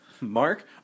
Mark